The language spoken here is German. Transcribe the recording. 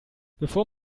bevor